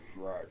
right